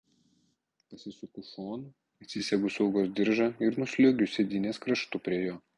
pasisuku šonu atsisegu saugos diržą ir nusliuogiu sėdynės kraštu prie jo